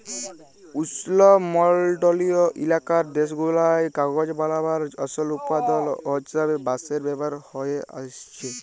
উস্লমলডলিয় ইলাকার দ্যাশগুলায় কাগজ বালাবার আসল উৎপাদল হিসাবে বাঁশের ব্যাভার হঁয়ে আইসছে